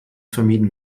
vermieden